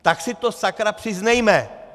Tak si to sakra přiznejme.